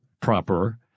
proper